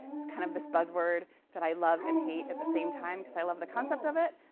it's kind of this buzzword that i love and hate at the same time. because i love the concept of it,